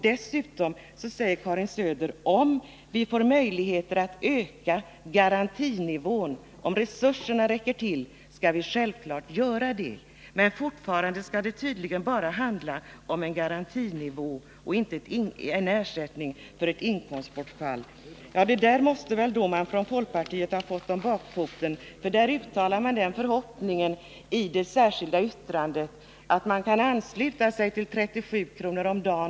Dessutom säger Karin Söder att om resurserna räcker till för att höja garantinivån så skall det självfallet göras. Men fortfarande skall det tydligen bara handla om en garantinivå och inte om ersättning för inkomstbortfall. 4 Det här måste man väl då ha fått om bakfoten inom folkpartiet, för dess representant i utskottet uttalar ju i sitt särskilda yttrande att partiet kan ansluta sig till förslaget om 37 kr. per dag.